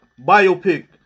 biopic